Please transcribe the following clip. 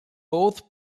both